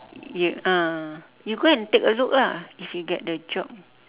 ya ah you go and take a look lah if you get the job